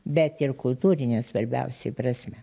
bet ir kultūrine svarbiausiai prasme